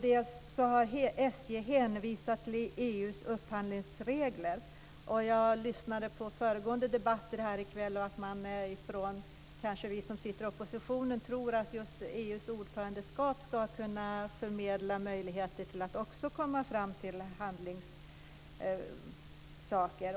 Dels har SJ hänvisat till Jag har lyssnat på tidigare debatter i kväll. Vi som sitter i oppositionen kanske tror att just nu under EU ordförandeskapet ska det gå att förmedla möjligheter att handla.